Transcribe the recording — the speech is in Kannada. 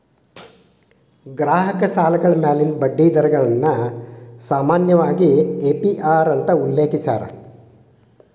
ಗ್ರಾಹಕ ಸಾಲಗಳ ಮ್ಯಾಲಿನ ಬಡ್ಡಿ ದರಗಳನ್ನ ಸಾಮಾನ್ಯವಾಗಿ ಎ.ಪಿ.ಅರ್ ಅಂತ ಉಲ್ಲೇಖಿಸ್ಯಾರ